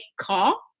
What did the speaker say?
call